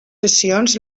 sessions